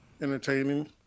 Entertaining